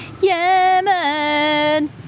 Yemen